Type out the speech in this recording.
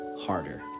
harder